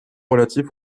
relatif